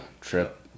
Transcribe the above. trip